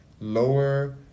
lower